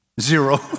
Zero